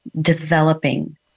developing